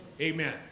Amen